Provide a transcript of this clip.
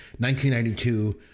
1992